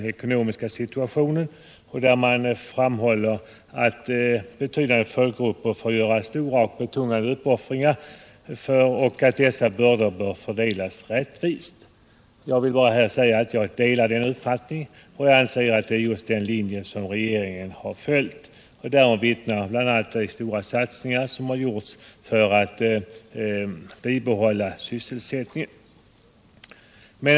Reservanterna framhåller att betydande folkgrupper får göra stora och betungande uppoffringar och att bördorna bör fördelas rättvist. Jag delar den uppfattningen, och jag anser att det är just den linjen som regeringen har följt. Därom vittnar bl.a. de stora satsningar som gjorts för att bibehålla sysselsättningen.